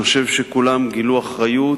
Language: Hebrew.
אני חושב שכולם גילו אחריות,